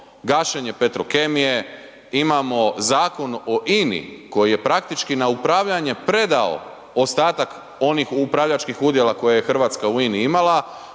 gašenje Petrokemije, imamo Zakon o INA-i koji je praktički na upravljanje predao ostataka onih upravljačkih udjela koje je Hrvatska u INA-i imala